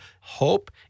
Hope